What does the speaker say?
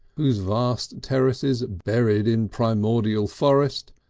those vast terraces buried in primordial forest,